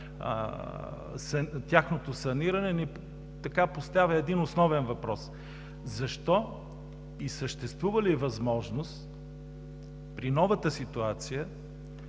тяхното саниране, ни поставя един основен въпрос: защо и съществува ли възможност при новата ситуация